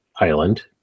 Island